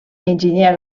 enginyer